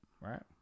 Right